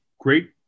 great